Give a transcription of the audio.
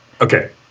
Okay